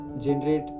generate